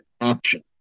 action